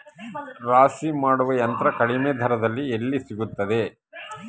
ರಾಶಿ ಮಾಡುವ ಯಂತ್ರ ಕಡಿಮೆ ದರದಲ್ಲಿ ಎಲ್ಲಿ ಸಿಗುತ್ತದೆ?